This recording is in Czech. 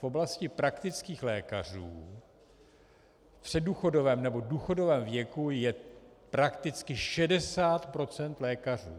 V oblasti praktických lékařů v předdůchodovém nebo důchodovém věku je prakticky 60 % lékařů.